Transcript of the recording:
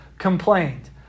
Complained